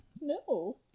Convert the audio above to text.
No